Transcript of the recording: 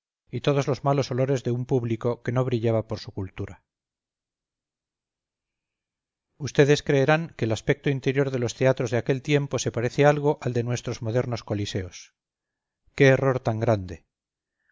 y todos los malos olores de un público que no brillaba por su cultura ustedes creerán que el aspecto interior de los teatros de aquel tiempo se parece algo al de nuestros modernos coliseos qué error tan grande